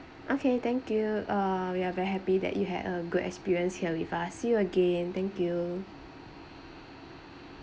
okay thank you uh we are very happy that you had a good experience here with us see you again thank you